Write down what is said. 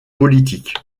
politique